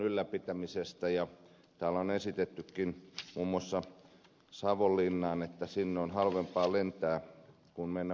täällä on esitettykin muun muassa että savonlinnaan on halvempi lentää kuin mennä muilla julkisilla